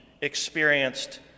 experienced